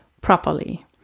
properly